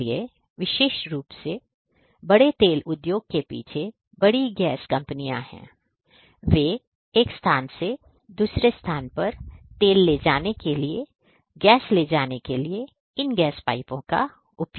इसलिए विशेष रूप से बड़े तेल उद्योग के पीछे बड़ी गैस कंपनियां हैं वे एक स्थान से दूसरे स्थान पर तेल ले जाने के लिए गैस ले जाने के लिए इन गैस पाइपों को उपयोग करते है